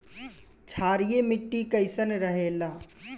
क्षारीय मिट्टी कईसन रहेला?